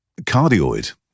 cardioid